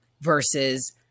versus